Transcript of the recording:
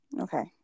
okay